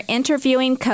interviewing